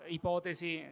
ipotesi